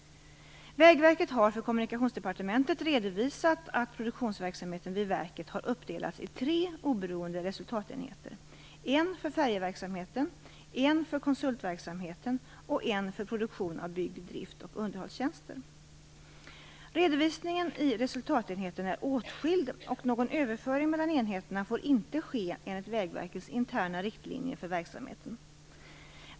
Vägverket har för Kommunikationsdepartementet redovisat att produktionsverksamheten vid verket har uppdelats i tre oberoende resultatenheter, en för färjeverksamheten, en för konsultverksamheten och en för produktion av bygg-, drift och underhållstjänster. Redovisningen i resultatenheterna är åtskild, och någon överföring mellan enheterna får inte ske enligt Vägverkets interna riktlinjer för verksamheten.